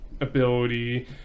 ability